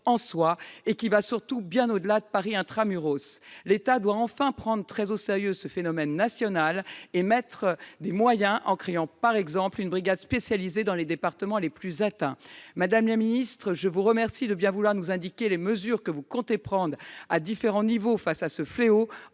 en soi, qui se pose bien au delà de Paris intra muros. L’État doit enfin prendre très au sérieux ce phénomène national et y consacrer des moyens, en créant, par exemple, une brigade spécialisée dans les départements les plus atteints. Madame la ministre, je vous remercie de bien vouloir nous indiquer les mesures que vous comptez prendre à différents échelons face à ce fléau.